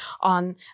on